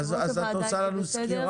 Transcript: אז את עושה לנו סקירה?